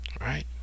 Right